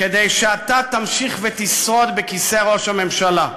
כדי שאתה תמשיך ותשרוד בכיסא ראש הממשלה.